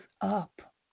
up